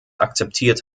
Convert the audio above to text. akzeptiert